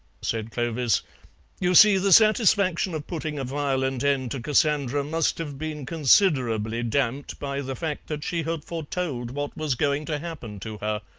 said clovis you see, the satisfaction of putting a violent end to cassandra must have been considerably damped by the fact that she had foretold what was going to happen to her.